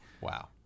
Wow